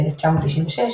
ב־1996,